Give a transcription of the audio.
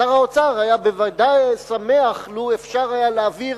שר האוצר היה בוודאי שמח לו אפשר היה להעביר